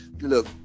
Look